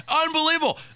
unbelievable